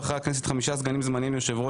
בחרה הכנסת חמישה סגנים זמניים ליושב-ראש